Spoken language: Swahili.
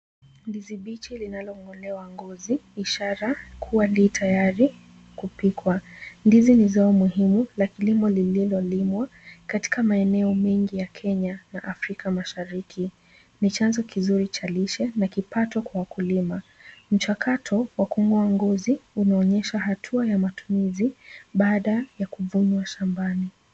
Ndizi bichi linalong'olewa ngozi, ishara kuwa li tayari kupikwa. Ndizi ni zao muhimu la kilimo lililolimwa, katika maeneo mengi ya Kenya na Afrika Mashariki. Ni chanzo kizuri cha lishe na kipato kwa wakulima. Mchakato wa kung'oa ngozi unaonyesha hatua ya matumizi baada ya kuvunwa shambani.